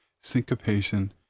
syncopation